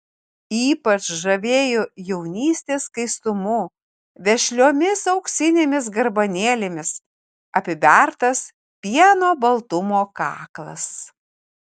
ypač žavėjo jaunystės skaistumu vešliomis auksinėmis garbanėlėmis apibertas pieno baltumo kaklas